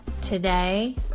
today